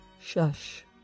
shush